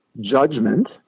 Judgment